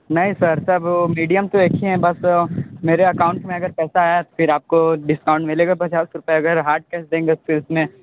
नहीं sir sir वो medium तो एक ही है बस मेरे अकाउंट में अगर पैसा आया तो फिर आपको डिस्काउंट मिलेगा पचास रुपए अगर हाथ केस देंगे तो उसमें